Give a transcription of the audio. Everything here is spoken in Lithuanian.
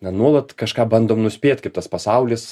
na nuolat kažką bandom nuspėti kaip tas pasaulis